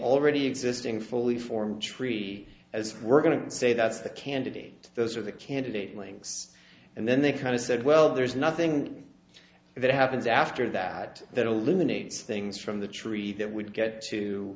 already existing fully formed tree as we're going to say that's the candidate those are the candidate wings and then they kind of said well there's nothing that happens after that that a loony things from the tree that would get to